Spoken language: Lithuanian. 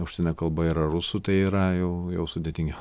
užsienio kalba yra rusų tai yra jau jau sudėtingiau